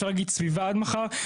אפשר להגיד סביבה עד מחר,